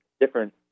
different